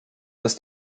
dass